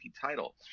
title